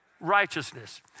Righteousness